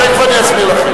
תיכף אני אסביר לכם.